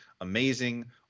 amazing